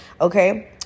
okay